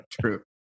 true